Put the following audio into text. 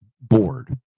bored